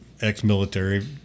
ex-military